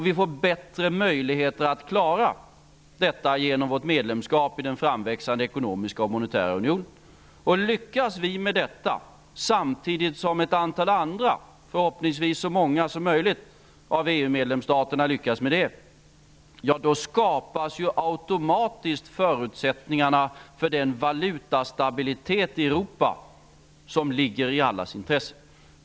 Vi får bättre möjligheter att klara detta genom vårt medlemskap i den framväxande ekonomiska och monetära unionen. Lyckas vi med detta samtidigt som ett antal andra av EU-medlemsstaterna -- förhoppningsvis så många som möjligt -- skapas automatiskt förutsättningarna för den valutastabilitet i Europa som ligger i allas intresse.